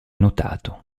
notato